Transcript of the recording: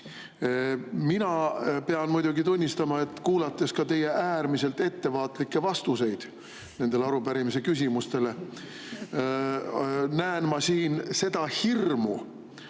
Mina pean muidugi tunnistama, kuulates teie äärmiselt ettevaatlikke vastuseid nendele arupärimise küsimustele, et ma näen siin seda hirmu,